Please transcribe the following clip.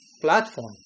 platform